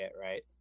right